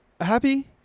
happy